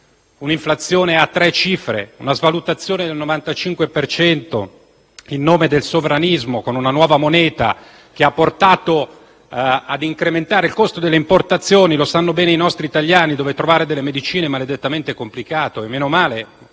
un'inflazione a tre cifre, una svalutazione del 95 per cento in nome del sovranismo, con una nuova moneta che ha portato ad incrementare il costo delle importazioni - lo sanno bene i nostri italiani - e dove trovare delle medicine è maledettamente complicato. Menomale